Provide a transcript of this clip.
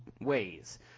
ways